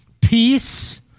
peace